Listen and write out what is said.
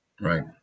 Right